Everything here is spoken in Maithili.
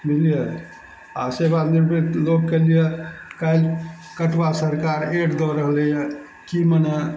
बुझलियै आओर सेवा निवृत लोकके लिये कालि कटबा सरकार एक दऽ रहलइए की मने